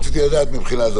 רציתי לדעת מבחינה הזאת.